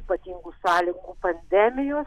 ypatingų sąlygų pandemijos